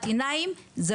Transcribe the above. זו עצימת עיניים.